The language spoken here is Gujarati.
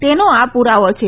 તેનો આ પુરાવો છે